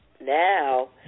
now